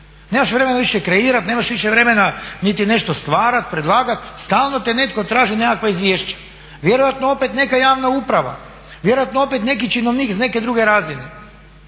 nemaš vremena više kreirat, nemaš više vremena niti nešto stvarat, predlagat, stalno te netko traži nekakva izvješća. Vjerojatno opet neka javna uprava, vjerojatno opet neki novi činovnik iz neke druge razine.